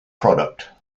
product